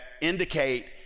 indicate